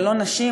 ולא נשים,